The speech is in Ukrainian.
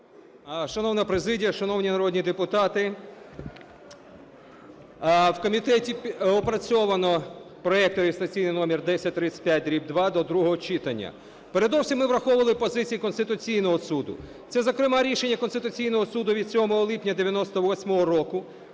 Шановна президія! Шановні народні депутати! В комітеті опрацьовано проект (реєстраційний номер 1035-2) до другого читання. Передусім ми враховували позиції Конституційного Суду, це, зокрема, рішення Конституційного Суду від 7 липня 1998 року